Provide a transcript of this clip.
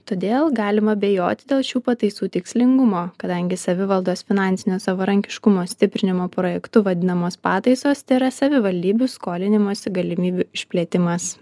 todėl galima abejoti dėl šių pataisų tikslingumo kadangi savivaldos finansinio savarankiškumo stiprinimo projektu vadinamos pataisos tėra savivaldybių skolinimosi galimybių išplėtimas